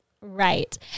right